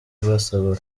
basaba